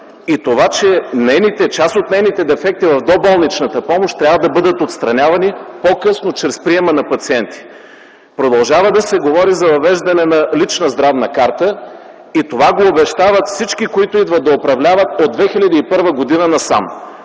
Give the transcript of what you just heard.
система и че част от нейните дефекти в доболничната помощ трябва да бъдат отстранявани по-късно чрез приема на пациенти. Продължава да се говори за въвеждането на лична здравна карта. И това го обещават всички, които идват да управляват, от 2001 г. насам.